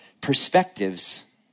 perspectives